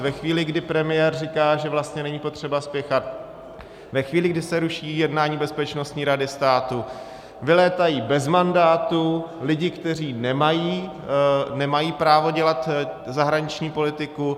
Ve chvíli, kdy premiér říká, že vlastně není potřeba spěchat, ve chvíli, kdy se ruší jednání Bezpečnostní rady státu, vylétají bez mandátu lidi, kteří nemají právo dělat zahraniční politiku.